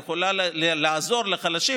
יכולה לעזור לחלשים,